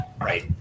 Right